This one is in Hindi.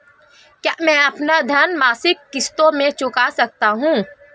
क्या मैं अपना ऋण मासिक किश्तों में चुका सकता हूँ?